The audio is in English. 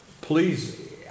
Please